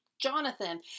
Jonathan